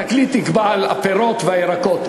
התקליט נקבע על הפירות והירקות.